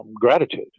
gratitude